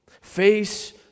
face